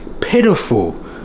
pitiful